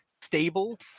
stable